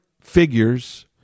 figures